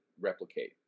replicate